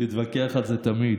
נתווכח על זה תמיד.